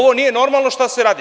Nije normalno šta se radi.